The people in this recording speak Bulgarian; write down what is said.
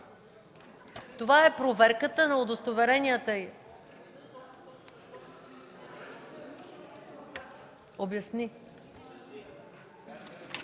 Това е проверката на удостоверенията...